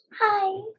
Hi